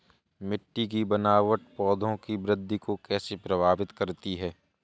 मिट्टी की बनावट पौधों की वृद्धि को कैसे प्रभावित करती है?